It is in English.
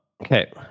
Okay